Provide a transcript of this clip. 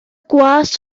gwas